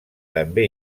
també